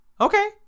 okay